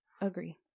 Agree